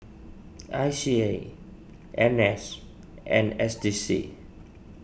I C A N S and S D C